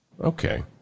Okay